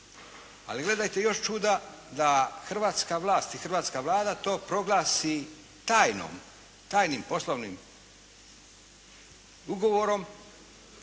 Ali gledajte još čuda, da hrvatska vlast i hrvatska Vlada to proglasi tajnom, tajnim poslovnim ugovorom,